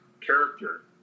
character